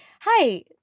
hi-